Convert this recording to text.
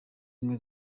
ubumwe